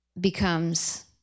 becomes